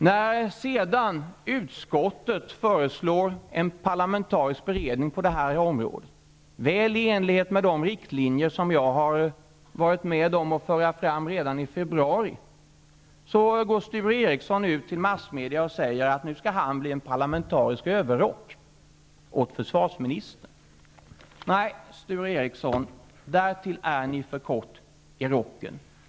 När sedan utskottet föreslår en parlamentarisk beredning på det här området, väl i enlighet med de riktlinjer som jag var med om att föra fram redan i februari, går Sture Ericson ut till massmedia och säger att han skall bli en parlamentarisk överrock åt försvarsministern. Nej, Sture Ericson, därtill är ni för kort i rocken.